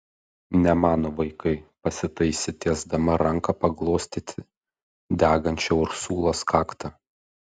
ne mano vaikai pasitaisė tiesdama ranką paglostyti degančią ursulos kaktą